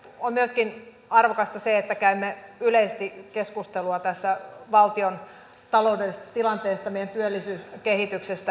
on myöskin arvokasta se että käymme yleisesti keskustelua tästä valtion taloudellisesta tilanteesta ja meidän työllisyyskehityksestä